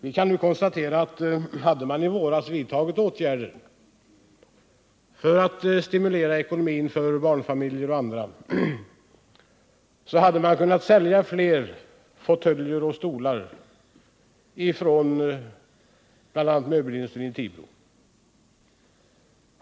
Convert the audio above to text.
Vi kan nu konstatera att hade man i våras vidtagit åtgärder för att stimulera ekonomin för barnfamiljer och andra, så hade t.ex. möbelindustrin i Tibro kunnat sälja flera fåtöljer och stolar.